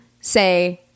say